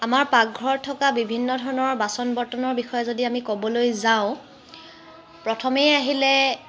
আমাৰ পাকঘৰত থকা বিভিন্ন ধৰণৰ বাচন বৰ্তনৰ বিষয়ে যদি আমি ক'বলৈ যাওঁ প্ৰথমেই আহিলে